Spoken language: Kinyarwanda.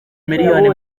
miliyoni